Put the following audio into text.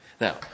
Now